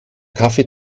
kaffee